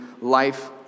life